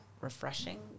refreshing